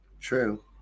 True